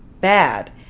bad